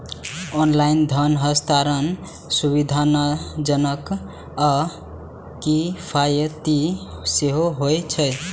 online धन हस्तांतरण सुविधाजनक आ किफायती सेहो होइ छै